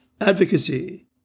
advocacy